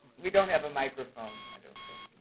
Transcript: we don't have a microphone, i don't think.